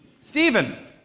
stephen